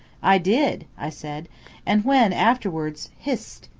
i did, i said and when afterwards hist!